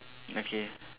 okay